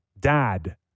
dad